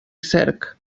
cerc